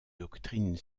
doctrine